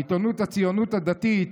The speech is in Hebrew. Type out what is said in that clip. מעיתונות הציונות הדתית,